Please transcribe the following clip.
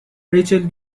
ریچل